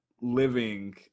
living